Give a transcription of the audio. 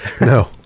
No